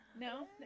No